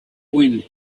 wind